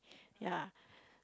ya